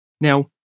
Now